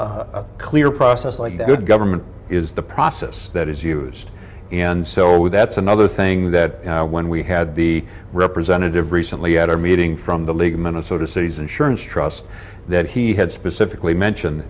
a clear process like the good government is the process that is used in so that's another thing that when we had the representative recently at our meeting from the league of minnesota cities insurance trust that he had specifically mentioned